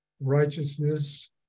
righteousness